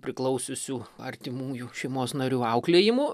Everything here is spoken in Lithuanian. priklausiusių artimųjų šeimos narių auklėjimu